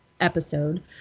episode